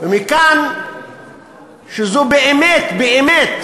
ומכאן שזו באמת באמת